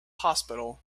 hospital